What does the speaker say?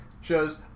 shows